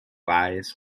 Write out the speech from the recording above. lies